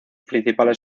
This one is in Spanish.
principales